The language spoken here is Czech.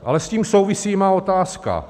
Ale s tím souvisí má otázka.